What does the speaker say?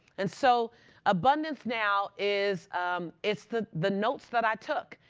and so abundance now is it's the the notes that i took.